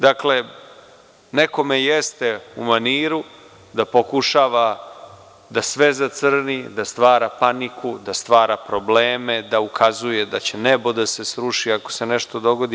Dakle, nekome jeste u maniru da pokušava da sve zacrni, da stvara paniku, da stvara probleme, da ukazuje da će nebo da se sruši, ako se nešto dogodi.